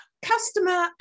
Customer